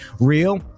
Real